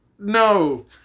No